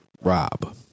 Rob